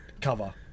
cover